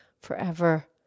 forever